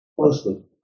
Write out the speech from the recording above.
closely